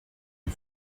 die